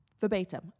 verbatim